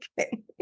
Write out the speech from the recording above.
okay